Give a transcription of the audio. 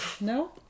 no